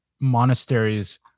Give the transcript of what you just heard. monasteries